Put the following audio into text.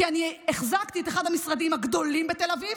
כי אני החזקתי את אחד המשרדים הגדולים בתל אביב.